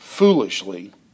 Foolishly